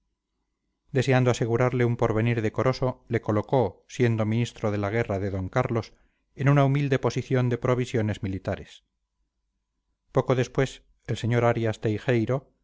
deseando asegurarle un porvenir decoroso le colocó siendo ministro de la guerra de d carlos en una humilde posición de provisiones militares poco después el sr arias teijeiro